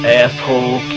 asshole